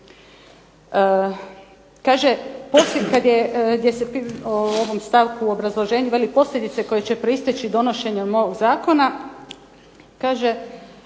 veli posljedice koje će proisteći donošenjem ovog zakona, kaže